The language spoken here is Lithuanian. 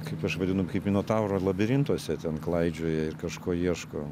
kaip aš vadinu kaip minotauro labirintuose ten klaidžioja kažko ieško